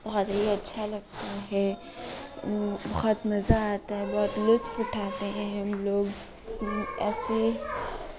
بہت ہی اچھا لگتا ہے بہت مزہ آتا ہے بہت لطف اٹھاتے ہیں ہم لوگ ایسے